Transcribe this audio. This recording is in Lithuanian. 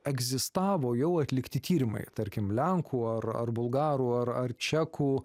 egzistavo jau atlikti tyrimai tarkim lenkų ar ar bulgarų ar čekų